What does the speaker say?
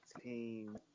team